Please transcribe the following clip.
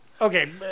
okay